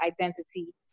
identity